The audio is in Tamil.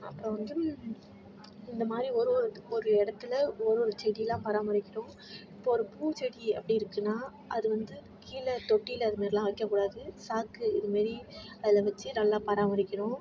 அப்புறம் வந்து இந்தமாதிரி ஒரு ஒரு ஒரு இடத்துல ஒரு ஒரு செடியெலாம் பராமரிக்கிறோம் இப்போது ஒரு பூச்செடி அப்படி இருந்துச்சுன்னா அது வந்து கீழே தொட்டியில் அதுமாரிலாம் வைக்கக்கூடாது சாக்கு இது மாரி அதில் வச்சு நல்லா பராமரிக்கிறோம்